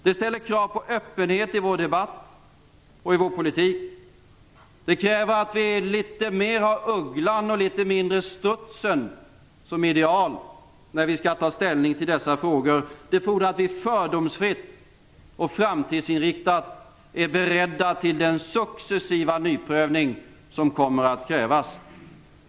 Det ställer krav på öppenhet i vår debatt och i vår politik. Det kräver att vi har litet mer av ugglan och litet mindre av strutsen som ideal när vi skall ta ställning till dessa frågor. Det fordrar att vi fördomsfritt och framtidsinriktat är beredda till den successiva nyprövning som kommer att krävas.